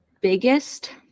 biggest